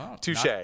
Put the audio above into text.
touche